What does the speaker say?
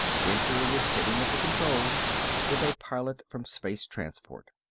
winter was sitting at the controls with a pilot from space-transport.